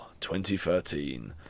2013